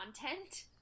content